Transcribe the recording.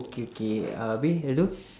okay okay uh abeh hello